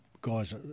guys